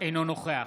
אינו נוכח